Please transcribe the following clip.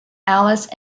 alice